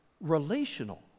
relational